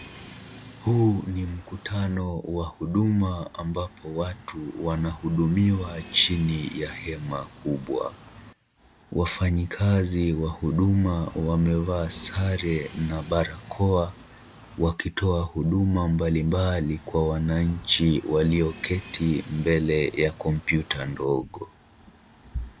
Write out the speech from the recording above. Huu ni mkutano wa huduma ambapo watu wanahudumiwa chini ya hema kubwa. Wafanyikazi wa huduma wamevaa sare na barakoa, wakitoa huduma mbalimbali kwa wananchi, walioketi mbele ya kompyuta ndogo.